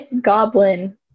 Goblin